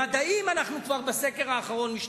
במדעים אנחנו משתווים בסקר האחרון.